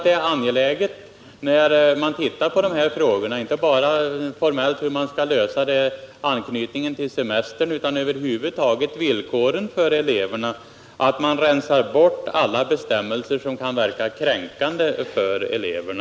Det är angeläget, när man ser på dessa frågor som gäller villkoren för eleverna över huvud taget — inte bara hur man formellt skall ordna anknytningen till semestern — att man rensar bort alla bestämmelser som kan verka kränkande för eleverna.